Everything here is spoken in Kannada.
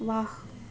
ವಾಹ್